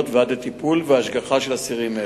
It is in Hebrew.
ועד לטיפול והשגחה על אסירים אלה.